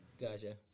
Gotcha